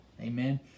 Amen